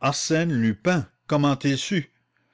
arsène lupin comment